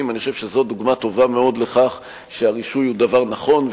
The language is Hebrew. אני חושב שזו דוגמה טובה לכך שהרישוי הוא דבר נכון,